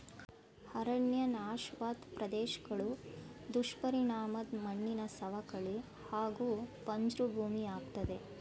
ಅರಣ್ಯ ನಾಶವಾದ್ ಪ್ರದೇಶ್ಗಳು ದುಷ್ಪರಿಣಾಮದ್ ಮಣ್ಣಿನ ಸವಕಳಿ ಹಾಗೂ ಬಂಜ್ರು ಭೂಮಿಯಾಗ್ತದೆ